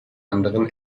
anderen